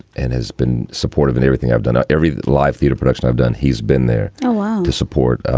and has been supportive in everything i've done, ah every live theater production i've done, he's been there to support.